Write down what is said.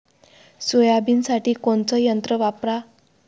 सोयाबीनसाठी कोनचं यंत्र वापरा?